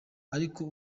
ariko